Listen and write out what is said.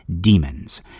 demons